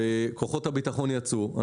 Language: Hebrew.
כוחות הביטחון יצאו,